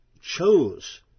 chose